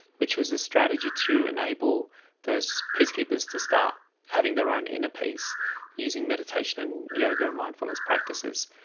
which was a strategy to enable those peacekeepers to start having their own inner peace using meditation and yoga and mindfulness practices.